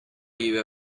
you